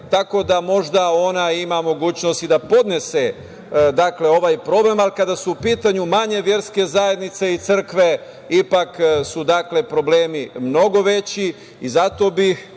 tako da možda ona ima mogućnosti da podnese ovaj problem. Ali, kada su u pitanju manje verske zajednice i crkve ipak su problemi mnogo veći i zato bih